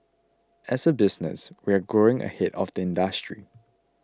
as a business we're growing ahead of the industry